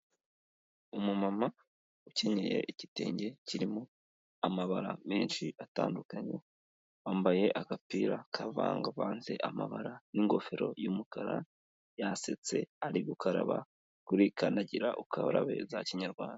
Umumama ukenyeye igitenge kirimo amabara menshi atandukanye, yambaye agapira kavangavanze amabara n'ingofero y'umukara, yasetse ari gukaraba kuri kandagira ukarabe za kinyarwanda.